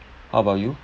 how about you